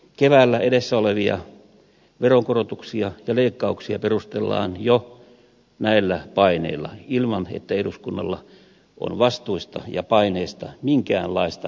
keväällä edessä olevia veronkorotuksia ja leikkauksia perustellaan jo näillä paineilla ilman että eduskunnalla on vastuista ja paineista minkäänlaista kokonaiskuvaa